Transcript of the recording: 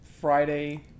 Friday